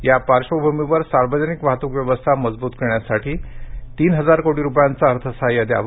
या पार्वभूमीवर सार्वजनिक वाहतुक व्यवस्था मजबूत करण्यासाठी तीन हजार कोटी रुपयांचा अर्थसहाय्य द्यावे